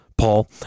Paul